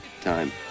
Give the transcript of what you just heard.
time